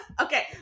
Okay